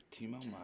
Timo